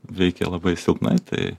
veikia labai silpnai tai